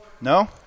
No